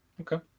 Okay